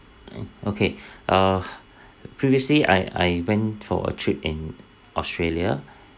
okay uh previously I I went for a trip in australia